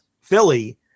Philly